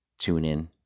TuneIn